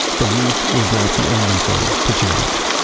the roof was not the only thing to change.